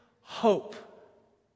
hope